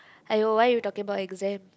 !aiyo! why you talking about exam